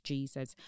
Jesus